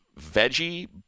veggie